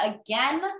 again